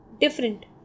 different